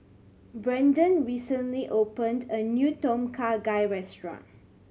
Brandon recently opened a new Tom Kha Gai restaurant